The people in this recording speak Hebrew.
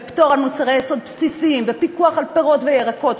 פטור על מוצרי יסוד בסיסיים ופיקוח על מחירי פירות וירקות,